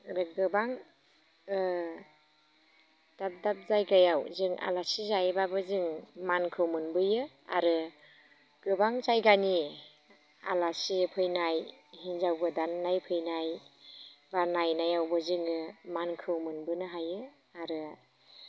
ओरै गोबां ओ दाब दाब जायगायाव जों आलासि जाहैब्लाबो जोङो मानखौ मोनबोयो आरो गोबां जायगानि आलासि फैनाय हिनजाव गोदान नायफैनाय एबा नायनायावबो जोङो मानखौ मोनबोनो हायो आरो